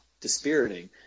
dispiriting